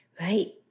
Right